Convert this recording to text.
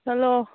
hello